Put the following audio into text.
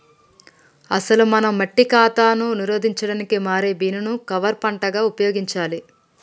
అసలు మనం మట్టి కాతాను నిరోధించడానికి మారే బీన్ ను కవర్ పంటగా ఉపయోగించాలి